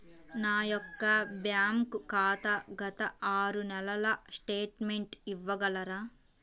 నా యొక్క బ్యాంక్ ఖాతా గత ఆరు నెలల స్టేట్మెంట్ ఇవ్వగలరా?